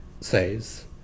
says